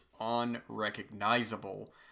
unrecognizable